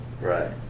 Right